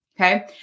okay